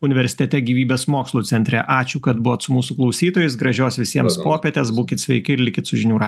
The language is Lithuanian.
universitete gyvybės mokslų centre ačiū kad buvot su mūsų klausytojais gražios visiems popietės būkit sveiki ir likit su žinių radiju